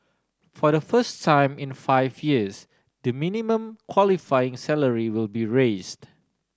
for the first time in five years the minimum qualifying salary will be raised